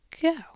go